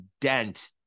dent